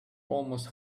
almost